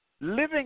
living